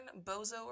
Bozo